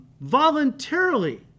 voluntarily